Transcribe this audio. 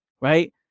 Right